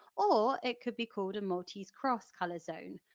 or, it could be called a maltese cross colour zone,